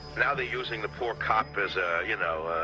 now they're using the poor cop as a, you know,